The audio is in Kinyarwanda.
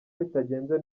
bitagenze